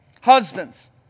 Husbands